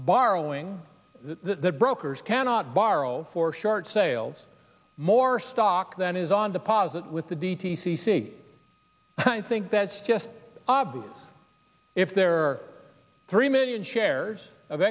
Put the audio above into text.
borrowing that brokers cannot borrow for short sales more stock than is on deposit with the d t c see think that's just obvious if there are three million shares of